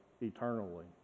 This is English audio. eternally